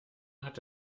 hat